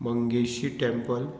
Mangeshi temple